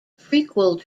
prequel